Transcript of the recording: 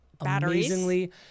amazingly